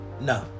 No